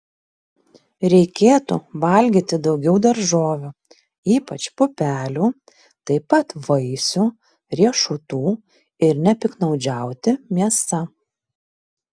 reikėtų valgyti daugiau daržovių ypač pupelių taip pat vaisių riešutų ir nepiktnaudžiauti mėsa